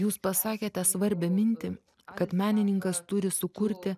jūs pasakėte svarbią mintį kad menininkas turi sukurti